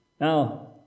Now